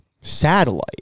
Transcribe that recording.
Satellite